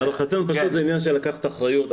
להערכתנו פשוט זה עניין של לקחת אחריות,